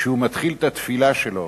כשהוא מתחיל את התפילה שלו,